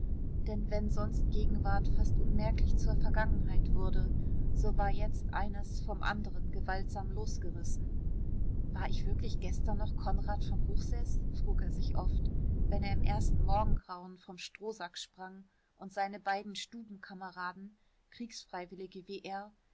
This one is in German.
denn wenn sonst gegenwart fast unmerklich zur vergangenheit wurde so war jetzt eines vom anderen gewaltsam losgerissen war ich wirklich gestern noch konrad von hochseß frug er sich oft wenn er im ersten morgengrauen vom strohsack sprang und seine beiden stubenkameraden kriegsfreiwillige wie er